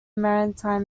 maritime